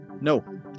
No